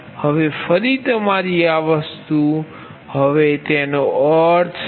હવે ફરી તમારી આ વસ્તુ હવે તેનો અર્થ છે